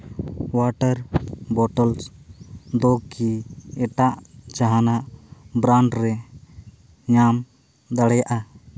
water bottles ᱫᱚ ᱠᱤ ᱮᱴᱟᱜ ᱡᱟᱦᱟᱱᱟᱜ ᱰᱨᱟᱱᱰ ᱨᱮ ᱧᱟᱢ ᱫᱟᱲᱮᱭᱟᱜᱼᱟ